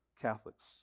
Catholics